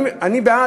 אני בעד.